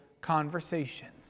conversations